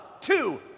Two